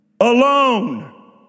alone